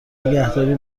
نگهداری